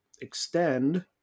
extend